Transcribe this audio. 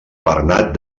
bernat